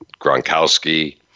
Gronkowski